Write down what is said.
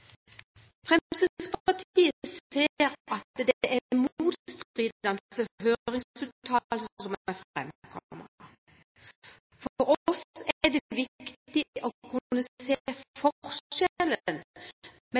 Fremskrittspartiet ser at det er motstridende høringsuttalelser som er framkommet. For oss er det viktig å